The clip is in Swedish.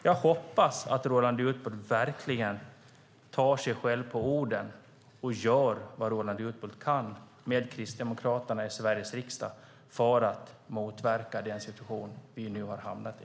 Jag hoppas att Roland Utbult verkligen tar sig själv på orden och gör vad Roland Utbult kan med Kristdemokraterna i Sveriges riksdag för att motverka den situation vi nu har hamnat i.